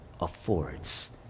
affords